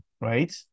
right